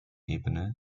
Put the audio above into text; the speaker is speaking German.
ebene